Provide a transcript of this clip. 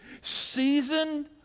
seasoned